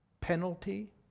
penalty